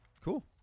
cool